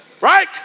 right